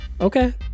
Okay